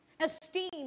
esteem